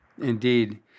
Indeed